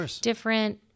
different